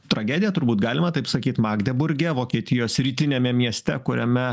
tragedija turbūt galima taip sakyt magdeburge vokietijos rytiniame mieste kuriame